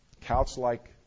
couch-like